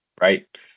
right